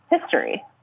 history